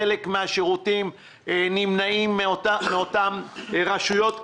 חלק מהשירותים נמנעים מאותן רשויות.